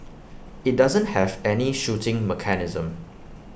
IT doesn't have any shooting mechanism